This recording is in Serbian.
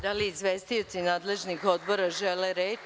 Da li izvestioci nadležnih odbora žele reč?